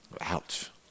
Ouch